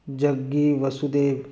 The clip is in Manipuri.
ꯖꯛꯒꯤ ꯕꯥꯁꯨꯗꯦꯚ